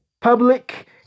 public